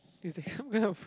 is the